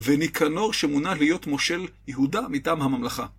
וניקנור שמונה להיות מושל יהודה מטעם הממלכה.